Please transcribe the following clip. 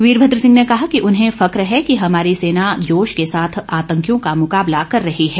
वीरभद्र सिंह ने कहा कि उन्हें फक है कि हमारी सेना जोश के साथ आतंकियों का मुकाबला कर रही है